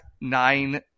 nine